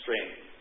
strength